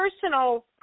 personal